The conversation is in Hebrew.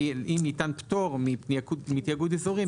ואם ניתן פטור מתיאגוד אזורי,